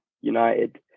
United